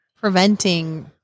preventing